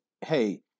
hey